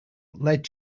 let